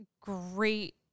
great